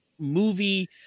movie